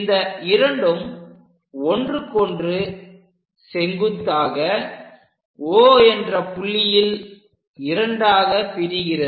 இந்த இரண்டும் ஒன்றுக்கொன்று செங்குத்தாக O என்ற புள்ளியில் இரண்டாகப் பிரிகிறது